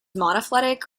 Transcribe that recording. monophyletic